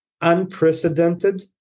unprecedented